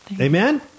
Amen